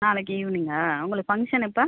நாளைக்கு ஈவ்னிங்கா உங்களுக்கு ஃபங்ஷன் எப்போ